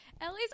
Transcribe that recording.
Ellie's